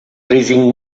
freezing